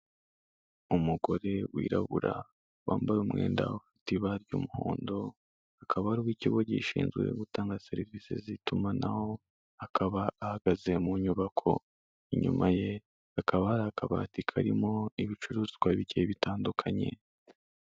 Umugore wirabura wambaye umwenda ufite ibara ry'umuhondo, akaba ari uw'ikigo gishinzwe gutanga serivisi z'itumanaho, akaba ahagaze mu nyubako, inyuma ye hakaba hari akabati karimo ibicuruzwa bigiye bitandukanye.